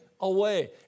away